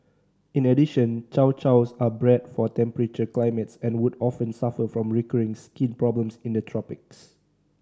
in addition Chow Chows are bred for temperate climates and would often suffer from recurring skin problems in the tropics